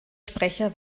sprecher